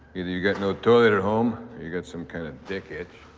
either you got no toilet at home or you got some kind of dick itch.